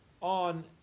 on